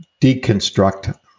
deconstruct